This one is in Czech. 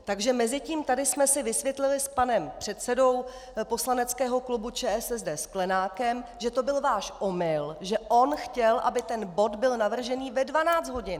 Takže mezitím tady jsme si vysvětlili s panem předsedou poslaneckého klubu ČSSD Sklenákem, že to byl váš omyl, že on chtěl, aby ten bod byl navržen ve 12 hodin!